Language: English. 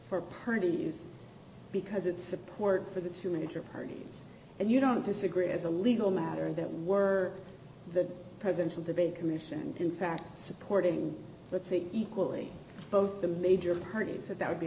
for parties because it's support for the two major parties and you don't disagree as a legal matter that were the presidential debate commission and in fact supporting let's see equally both the major parties that that would be